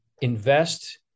invest